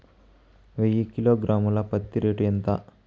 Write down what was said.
వెయ్యి కిలోగ్రాము ల పత్తి రేటు ఎంత?